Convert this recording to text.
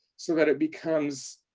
so that it becomes